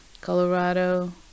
Colorado